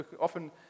often